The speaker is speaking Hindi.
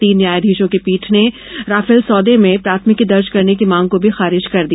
तीन न्यायधीशों की पीठ ने राफेल सौदे में प्राथमिकी दर्ज करने की मांग को भी खारिज कर दिया